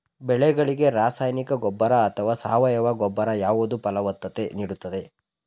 ಬೆಳೆಗಳಿಗೆ ರಾಸಾಯನಿಕ ಗೊಬ್ಬರ ಅಥವಾ ಸಾವಯವ ಗೊಬ್ಬರ ಯಾವುದು ಫಲವತ್ತತೆ ನೀಡುತ್ತದೆ?